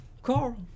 Carl